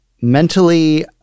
Mentally